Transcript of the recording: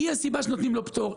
היא הסיבה שנותנים לו פטור,